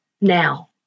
now